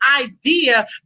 idea